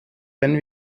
wenn